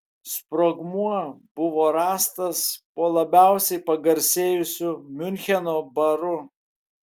sprogmuo buvo rastas po labiausiai pagarsėjusiu miuncheno baru